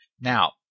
Now